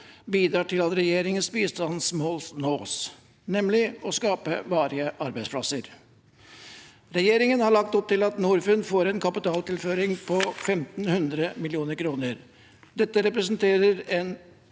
bidrar til at regjeringens bistandsmål nås, nemlig å skape varige arbeidsplasser. Regjeringen har lagt opp til at Norfund får en kapitaltilføring på 1 500 mill. kr. Dette representerer en